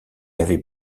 avait